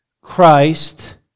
Christ